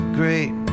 great